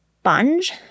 sponge